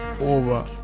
over